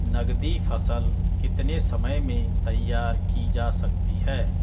नगदी फसल कितने समय में तैयार की जा सकती है?